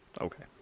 Okay